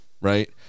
Right